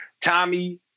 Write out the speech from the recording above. Tommy